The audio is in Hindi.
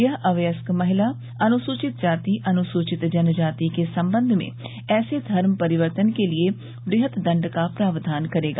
यह अवयस्क महिला अनुसूचित जाति अनुसूचित जनजाति के सम्बन्ध में ऐसे धर्म परिवर्तन के लिए वृहत दण्ड का प्रावधान करेगा